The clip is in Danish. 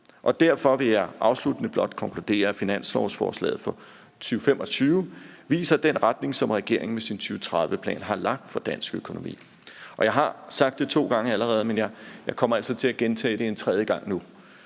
Derfor vil jeg afsluttende blot konkludere, at finanslovsforslaget for 2025 viser den retning, som regeringen med sin 2030-plan har lagt for dansk økonomi. Jeg har sagt det to gange allerede, men jeg kommer altså til at gentage det en tredje gang nu.